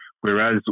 Whereas